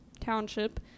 township